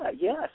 yes